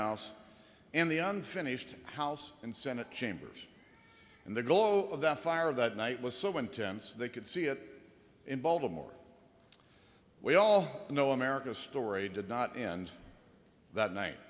house and the unfinished house and senate chambers and the glow of the fire that night was so intense they could see it in baltimore we all know america story did not end that night